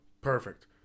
Perfect